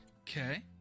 Okay